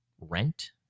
Rent